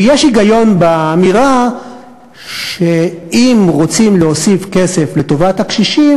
ויש היגיון באמירה שאם רוצים להוסיף כסף לטובת הקשישים,